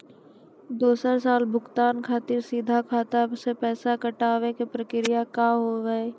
दोसर साल भुगतान खातिर सीधा खाता से पैसा कटवाए के प्रक्रिया का हाव हई?